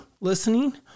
listening